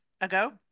ago